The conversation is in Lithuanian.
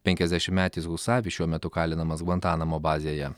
penkiasdešimtmetis husavi šiuo metu kalinamas gvantanamo bazėje